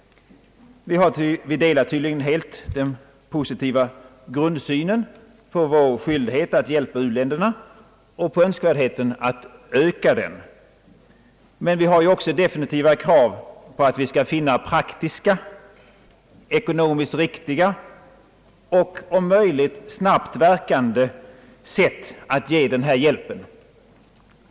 Vi delar tydligen helt den positiva grundsynen på vår skyldighet att hjälpa u-länderna och på önskvärdheten att öka hjälpen. Men vi har också definitiva krav på att vi skall finna praktiska, ekonomiskt riktiga och om möjligt snabbt verkande sätt att ge den här hjälpen.